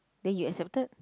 then you accepted